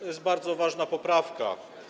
To jest bardzo ważna poprawka.